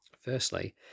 Firstly